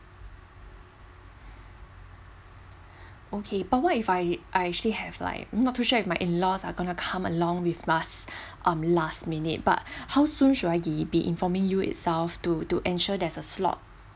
okay but what if I I actually have like not to sure with my in laws are gonna come along with us um last minute but how soon should I be be informing you itself to to ensure there's a slot